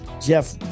Jeff